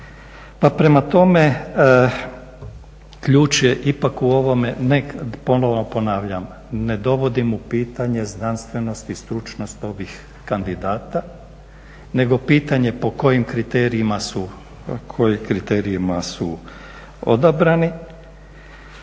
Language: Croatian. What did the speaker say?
prema tome ključ je ipak u ovome, ponovno ponavljam, ne dovodim u pitanje znanstvenost i stručnost ovih kandidata nego pitanje po kojim kriterijima su odabrani,